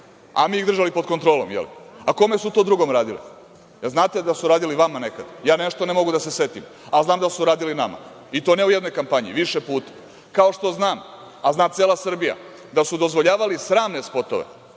a mi ih držali pod kontrolom, je li? Kome su to drugom radili? Da li znate da su radili vama nekad? Ja nešto ne mogu da se setim, a znam da su radili nama, i to ne u jednoj kampanji, već više puta. Kao što znam, a zna cela Srbija, da su dozvoljavali sramne spotove,